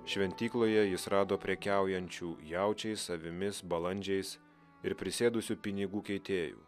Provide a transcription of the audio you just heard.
šventykloje jis rado prekiaujančių jaučiais avimis balandžiais ir prisėdusių pinigų keitėjų